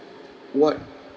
what